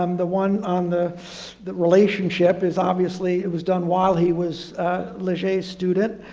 um the one on the the relationship is obviously it was done while he was leger's student.